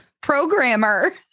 programmer